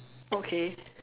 okay